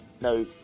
no